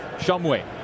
Shumway